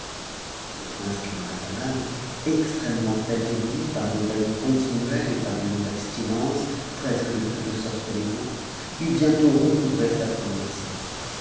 le prince camaralzaman extrêmement affaibli par des veilles continuehes et par une longue abstinence presque de toute sorte d'aliments eut t'ientôt recouvré sa première santé